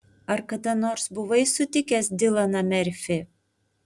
ar kada nors buvai sutikęs dilaną merfį